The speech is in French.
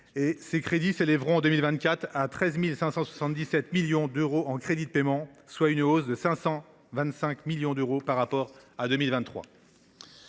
Ses crédits s’élèveront en 2024 à 13,577 milliards d’euros en crédits de paiement, soit une hausse de 525 millions d’euros par rapport à 2023.